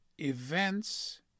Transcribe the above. events